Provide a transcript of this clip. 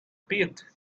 pit